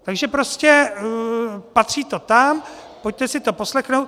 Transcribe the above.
Takže prostě patří to tam, pojďte si to poslechnout.